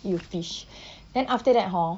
you fish then after that hor